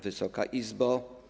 Wysoka Izbo!